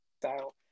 style